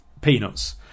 Peanuts